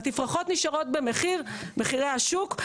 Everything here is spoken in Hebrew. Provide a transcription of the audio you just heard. התפרחות נשארות במחירי השוק,